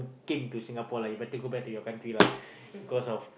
came to Singapore lah you better go back to your country lah because of